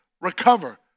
recover